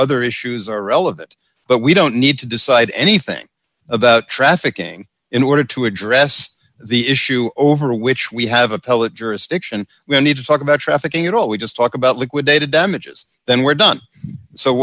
other issues are relevant but we don't need to decide anything about trafficking in order to address the issue over which we have appellate jurisdiction we need to talk about trafficking at all we just talk about liquidated damages than were done so